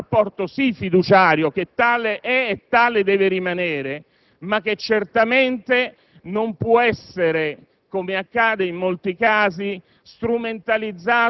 insieme al proprio parlamentare, in un rapporto sì fiduciario, che tale è e tale deve rimanere, ma che certamente non può essere